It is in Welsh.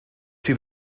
sydd